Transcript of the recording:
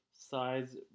Size